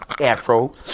afro